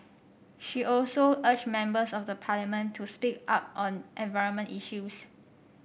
she also urged members of the Parliament to speak up on environment issues